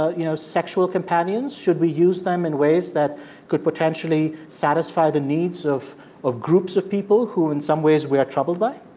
ah you know, sexual companions? should we use them in ways that could potentially satisfy the needs of of groups of people who in some ways we are troubled by?